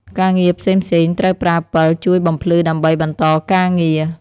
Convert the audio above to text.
ការងារផ្សេងៗ ត្រូវប្រើពិលជួយបំភ្លឺដើម្បីបន្តការងារ។